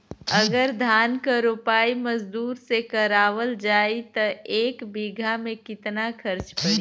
अगर धान क रोपाई मजदूर से करावल जाई त एक बिघा में कितना खर्च पड़ी?